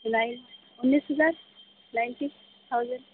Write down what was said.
nine اُنیس ہزار nineteen thousand